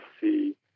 see